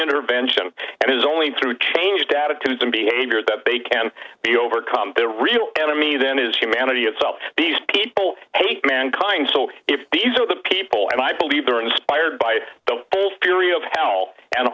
intervention and is only through changed attitudes and behavior that they can be overcome the real enemy then is humanity itself these people hate mankind so if these are the people and i believe they're inspired by the theory of hell and